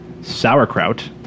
Sauerkraut